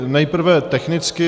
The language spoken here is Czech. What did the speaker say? Nejprve technicky.